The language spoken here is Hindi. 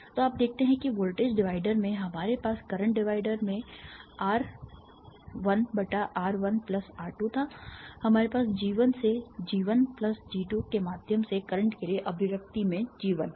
तो आप देखते हैं कि वोल्टेज डिवाइडर में हमारे पास करंट डिवाइडर में आर 1 बटा आर 1 प्लस R2 था हमारे पास G 1 से G1 प्लस G2 के माध्यम से करंट के लिए अभिव्यक्ति में G1 है